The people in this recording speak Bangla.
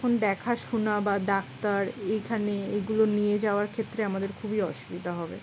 তখন দেখাশোনা বা ডাক্তার এইখানে এগুলো নিয়ে যাওয়ার ক্ষেত্রে আমাদের খুবই অসুবিধা হবে